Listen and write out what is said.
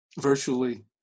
virtually